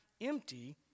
empty